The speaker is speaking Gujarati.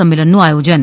સંમેલનનું આયોજન